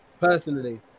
personally